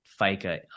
FICA